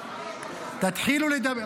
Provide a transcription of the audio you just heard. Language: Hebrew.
תתחילו לדבר,